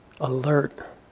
alert